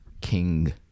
king